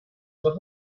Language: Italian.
sua